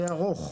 זה ארוך.